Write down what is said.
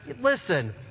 listen